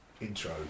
intro